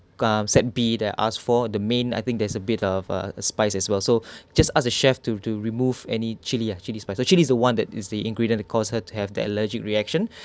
um set B that I asked for the main I think there's a bit of a spice as well so just ask the chef to to remove any chili ah chili spices chili is the one that is the ingredient to cause her to have the allergic reaction